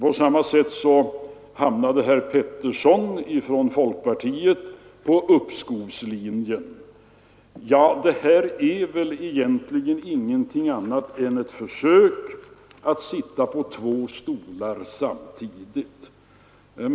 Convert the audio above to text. På samma sätt hamnade herr Peterson i Linköping från folkpartiet på uppskovslinjen. Det här är väl ingenting annat än ett försök att sitta på två stolar samtidigt.